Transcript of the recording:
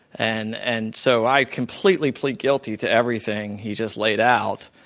and and so, i completely plead guilty to everything he just laid out,